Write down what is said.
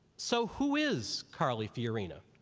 so, who is carly fiorina?